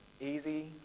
easy